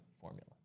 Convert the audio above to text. formula